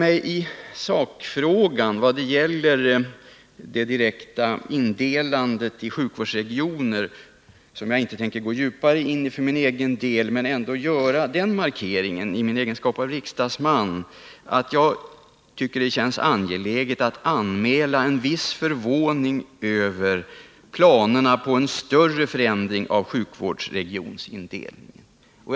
I sakfrågan vad gäller det direkta indelandet av landet i sjukvårdsregioner - jag kommer inte att gå närmare in på denna fråga, men i egenskap av riksdagsman vill jag ändå göra den markeringen — tycker jag att det känns angeläget att anmäla en viss förvåning när det gäller planerna på en större förändring av sjukvårdsregionsindelningen.